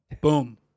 Boom